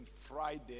Friday